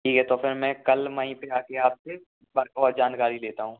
ठीक है तो फिर मैं कल वहीं पर आ कर आप से और जानकारी लेता हूँ